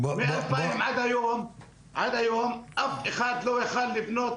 מ-2000 עד היום אף אחד לא היה יכול לבנות